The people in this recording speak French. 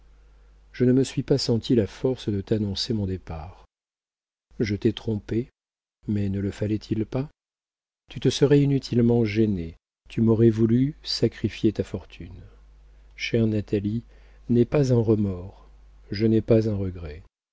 je ne me suis pas senti la force de t'annoncer mon départ je t'ai trompée mais ne le fallait-il pas tu te serais inutilement gênée tu m'aurais voulu sacrifier ta fortune chère natalie n'aie pas un remords je n'ai pas un regret